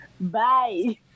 Bye